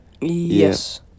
yes